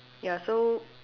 ya so